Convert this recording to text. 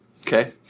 Okay